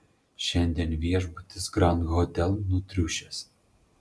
šiandien viešbutis grand hotel nutriušęs